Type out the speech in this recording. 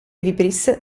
vibrisse